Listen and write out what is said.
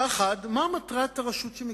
האחד, מה מטרת הרשות שמקימים?